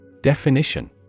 Definition